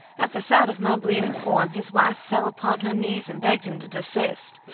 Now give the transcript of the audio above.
at the sight of my bleeding form, his wife fell upon her knees and begged him to desist.